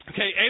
Okay